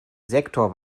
sektor